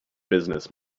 business